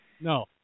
no